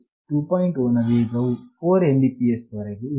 0 ನ ವೇಗವು 4Mbpsವರೆಗೆ ಇದೆ